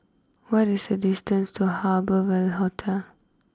what is the distance to Harbour Ville Hotel